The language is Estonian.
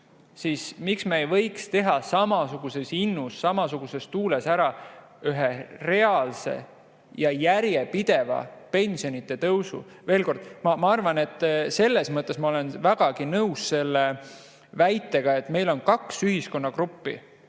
siis miks me ei võiks teha samasuguses innus, samasuguses tuules ära ühe reaalse ja järjepideva pensionitõusu. Veel kord: ma olen vägagi nõus selle väitega, et meil on kaks ühiskonnagruppi,